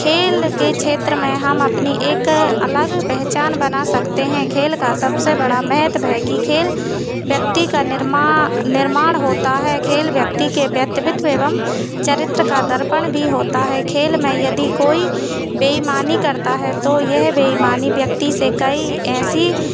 खेल के क्षेत्र में हम अपनी एक अलग पहचान बना सकते हैं खेल का सबसे बड़ा महत्त्व है कि खेल व्यक्ति का निर्माण होता है खेल व्यक्ति के व्यक्तित्व एवं चरित्र का दर्पण भी होता है खेल में यदि कोई बेईमानी करता है तो यह बेईमानी व्यक्ति से कई ऐसी